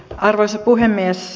arvoisa puhemies